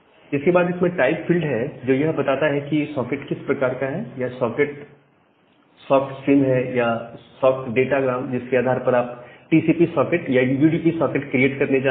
इसके बाद इसमें टाइप फील्ड है जो यह बताता है कि सॉकेट किस प्रकार का है या socket sock stream SOCK Stream है या सॉक डाटा ग्राम जिसके आधार पर आप टीसीपी सॉकेट या यूडीपी सॉकेट क्रिएट करने जा रहे हैं